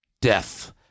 death